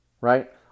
right